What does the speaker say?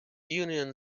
union